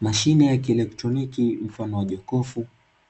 Mashine ya kielektroniki mfano wa jokofu